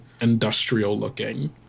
industrial-looking